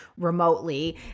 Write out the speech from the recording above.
remotely